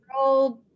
old